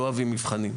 לא אוהבים מבחנים.